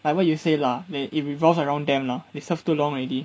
like what you say lah they it revolves around them lah they serve too long already